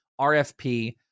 RFP